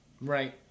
Right